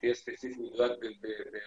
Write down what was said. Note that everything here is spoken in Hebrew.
אם תהיה ספציפי באירוע,